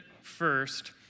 first